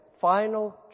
final